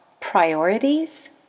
Priorities